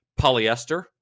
Polyester